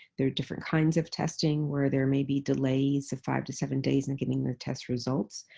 there are different kinds of testing where there may be delays of five to seven days in getting their test results